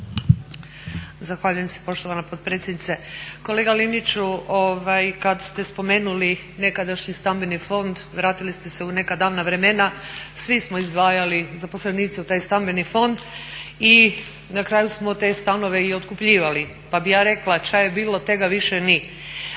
Zahvaljujem se poštovana potpredsjednice. Kolega Liniću, kad ste spomenuli nekadašnji stambeni fond vratili ste se u neka davna vremena. Svi smo izdvajali zaposlenici u taj stambeni fond i na kraju smo te stanove i otkupljivali. Pa bi ja rekla ča je bilo tega više ni.